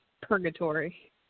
Purgatory